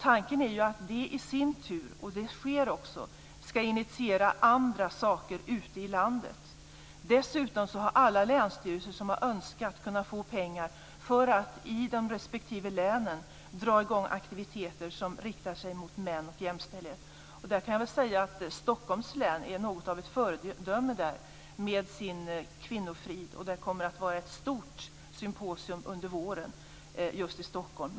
Tanken är att det i sin tur - och det sker också - ska initiera andra saker ute i landet. Dessutom har alla länsstyrelser som har önskat det kunnat få pengar för att i de respektive länen dra i gång aktiviteter som riktar sig mot män och jämställdhet. Där kan jag säga att Stockholms län är något av ett föredöme med sin Kvinnofrid. Det kommer att vara ett stort symposium under våren just i Stockholm.